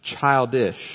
childish